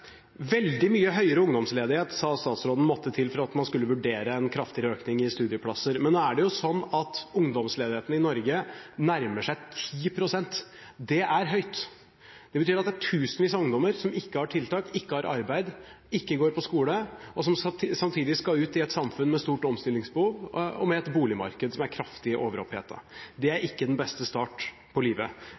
Veldig mye høyere ungdomsledighet, sa statsråden, måtte til for at man skulle vurdere en kraftigere økning i antall studieplasser. Men nå er det jo sånn at ungdomsledigheten i Norge nærmer seg 10 pst. Det er høyt. Det betyr at det er tusenvis av ungdommer som ikke har tiltak, ikke har arbeid, ikke går på skole, og som samtidig skal ut i et samfunn med stort omstillingsbehov og med et boligmarked som er kraftig overopphetet. Det er ikke den beste start på livet.